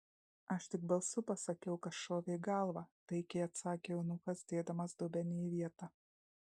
aš tik balsu pasakiau kas šovė į galvą taikiai atsakė eunuchas dėdamas dubenį į vietą